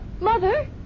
Mother